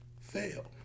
fail